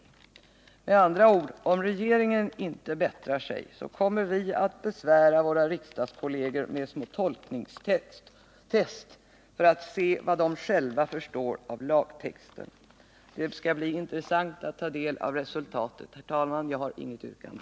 Vi kommer med andra ord, om regeringen inte bättrar sig, att besvära våra riksdagskolleger med små tolkningstest för att utröna vad de själva förstår av lagtexten. Det skall bli intressant att ta del av resultatet. Herr talman! Jag har inget yrkande.